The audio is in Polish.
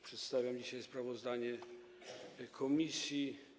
Przedstawiam dzisiaj sprawozdanie komisji.